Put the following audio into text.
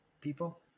people